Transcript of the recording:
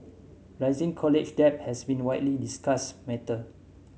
rising college debt has been a widely discussed matter